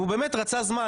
שהוא באמת רצה זמן,